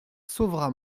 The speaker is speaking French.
sauvera